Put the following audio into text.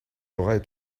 aurai